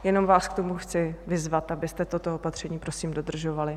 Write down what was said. Jenom vás k tomu chci vyzvat, abyste toto opatření prosím dodržovali.